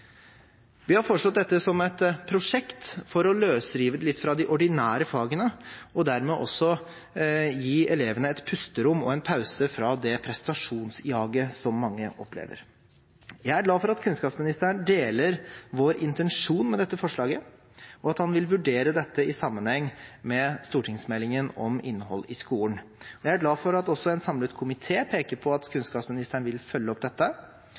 Vi har foreslått dette som et prosjekt for å løsrive det litt fra de ordinære fagene og dermed også gi elevene et pusterom og en pause fra det prestasjonsjaget som mange opplever. Jeg er glad for at kunnskapsministeren deler vår intensjon med dette forslaget, og at han vil vurdere dette i sammenheng med stortingsmeldingen om innhold i skolen. Jeg er glad for at også en samlet komité peker på at kunnskapsministeren vil følge opp dette